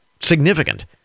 significant